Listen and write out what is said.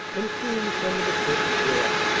and soon some of the curtains were up.